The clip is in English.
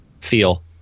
feel